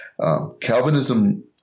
Calvinism